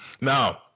Now